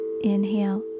Inhale